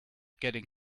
getting